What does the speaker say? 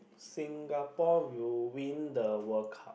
Singapore will won the World Cup